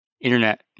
internet